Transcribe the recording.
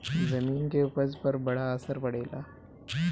जमीन के उपज पर बड़ा असर पड़ेला